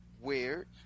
Weird